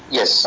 Yes